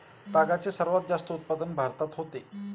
तागाचे सर्वात जास्त उत्पादन भारतात होते